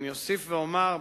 אני אוסיף ואומר,